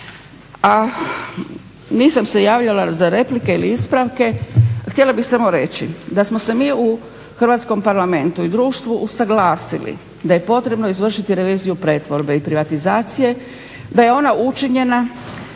A nisam se javljala za replike i ispravke, htjela bih samo reći da smo se mi u hrvatskom Parlamentu i društvu usuglasili da je potrebno izvršiti reviziju pretvorbe i privatizacije, da je ona učinjena